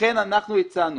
לכן, אנחנו הצענו